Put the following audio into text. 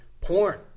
porn